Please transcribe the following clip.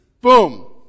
boom